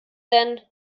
denn